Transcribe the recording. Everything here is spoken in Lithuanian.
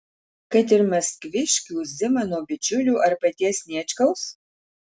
kad ir maskviškių zimano bičiulių ar paties sniečkaus